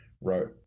wrote